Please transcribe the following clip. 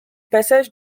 passage